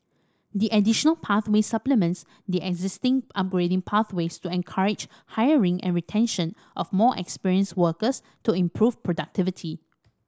the additional pathway supplements the existing upgrading pathways to encourage hiring and retention of more experienced workers to improve productivity